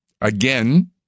again